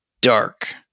dark